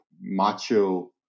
macho